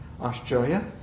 Australia